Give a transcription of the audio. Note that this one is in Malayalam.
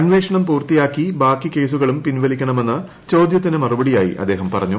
അന്വേഷണം പൂർത്തിയാക്കി ബാക്കി കേസുകളും പിൻവലിക്കണമെന്ന് ചോദ്യത്തിന് മറുപടിയായി അദ്ദേഹം പറഞ്ഞു